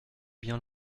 bien